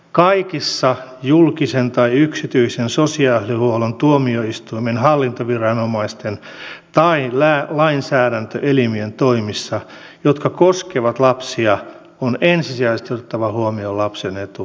kaikissa julkisen tai yksityisen sosiaalihuollon tuomioistuinten hallintoviranomaisten tai lainsäädäntöelimien toimissa jotka koskevat lapsia on ensisijaisesti otettava huomioon lapsen etu